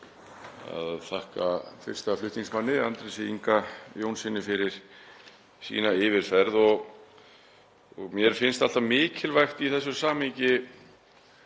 að þakka fyrsta flutningsmanni, Andrési Inga Jónssyni, fyrir sína yfirferð. Mér finnst alltaf mikilvægt í þessu samhengi,